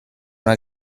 una